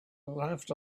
laughed